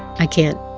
i can't,